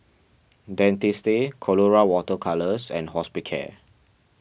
Dentiste Colora Water Colours and Hospicare